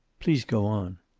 please go on.